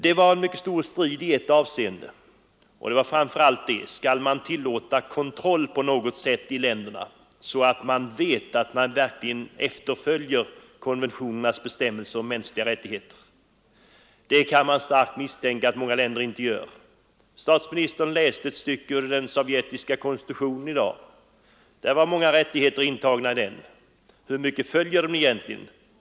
Det var mycket stor strid i ett avseende, nämligen om man skulle tillåta kontroll på något sätt så att man fick veta om länderna verkligen fullföljde konventionernas bestämmelser om mänskliga rättigheter. Det kan starkt misstänkas att många länder inte efterlever dem. Statsministern läste ett stycke ur den sovjetiska konstitutionen i dag. I den finns många rättigheter inskrivna. Hur mycket följs den egentligen?